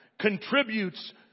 contributes